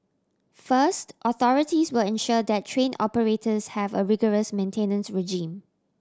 first authorities will ensure that train operators have a rigorous maintenance regime